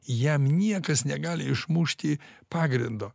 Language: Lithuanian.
jam niekas negali išmušti pagrindo